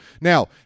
Now